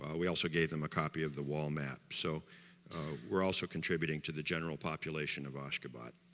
ah we also gave them a copy of the wall map, so we're also contributing to the general population of ashgabat